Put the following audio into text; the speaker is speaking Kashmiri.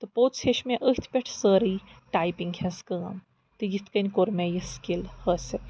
تہٕ پوٚتٕس ہیٛوچھ مےٚ أتھۍ پٮ۪ٹھ سٲرٕے ٹایپِنٛگ ہنٛز کٲم تہٕ یِتھ کنۍ کوٚر مےٚ یہِ سِکِل حٲصِل